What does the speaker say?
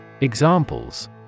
Examples